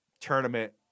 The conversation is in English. tournament